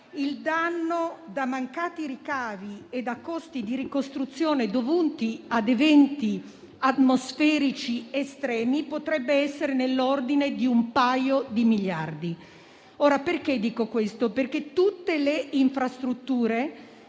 il danno da mancati ricavi e da costi di ricostruzione dovuti a eventi atmosferici estremi potrebbe essere nell'ordine di un paio di miliardi. Dico questo perché tutte le infrastrutture